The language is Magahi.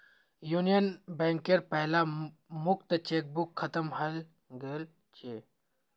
यूनियन बैंकेर पहला मुक्त चेकबुक खत्म हइ गेल छ